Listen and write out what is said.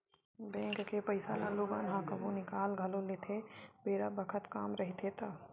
bank के पइसा ल लोगन ह कभु निकाल घलो लेथे बेरा बखत काम रहिथे ता